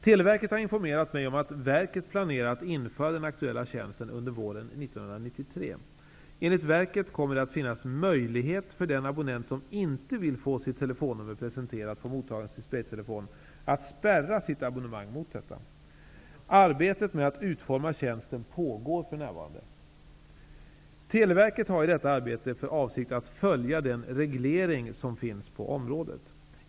Televerket har informerat mig om att verket planerar att införa den aktuella tjänsten under våren 1993. Enligt verket kommer det att finnas möjlighet för den abonnent som inte vill få sitt telefonnummer presenterat på mottagarens display-telefon att spärra sitt abonnemang mot detta. Arbetet med att utforma tjänsten pågår för närvarande. Televerket har i detta arbete för avsikt att följa den reglering som finns på området.